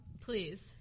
please